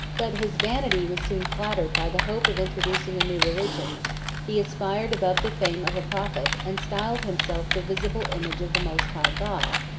but his vanity was soon flattered by the hope of introducing a new religion he aspired above the fame of a prophet, and styled himself the visible image of the most high god,